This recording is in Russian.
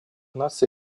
наций